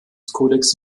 codex